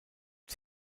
das